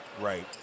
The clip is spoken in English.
right